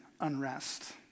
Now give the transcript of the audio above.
unrest